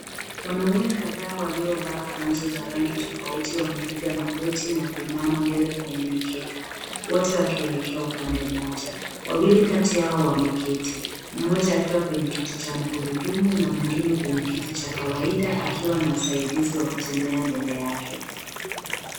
Wanaume kadhaa waliovaa kanzu za rangi tofauti wamepiga magoti na kuinama mbele kwenye mikeka wote wakielekea upande mmoja. Wawili kati yao wameketi mmoja akiwa kwenye kiti cha magurudumu na mwingine kwenye kiti cha kawaida akiwa na msaidizi wa kutembea mbele yake.